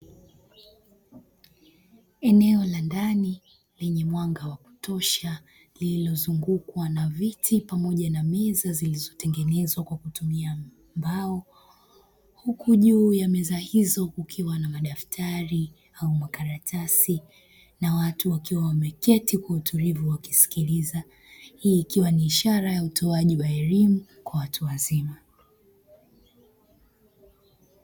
Hiki ni chumba kwa ajili ya mikutano ambapo semina fupi, inaoenakana kutolewa kwa wafanyakazi ambao ni watu wazima mezani kukiwa na maji na kompyuta makato